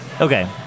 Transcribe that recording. Okay